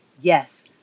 Yes